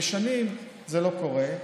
שנים זה לא קורה,